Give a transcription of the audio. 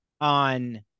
on